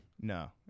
No